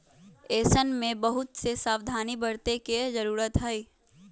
ऐसन में बहुत से सावधानी बरते के जरूरत हई